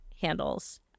handles